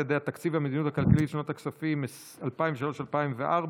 יעדי התקציב והמדיניות הכלכלית לשנות הכספים 2003 ו-2004)